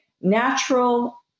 natural